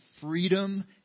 freedom